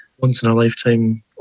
once-in-a-lifetime